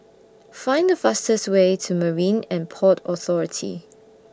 Find The fastest Way to Marine and Port Authority